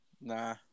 nah